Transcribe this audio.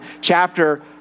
chapter